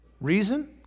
reason